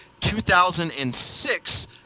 2006